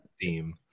theme